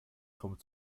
kommen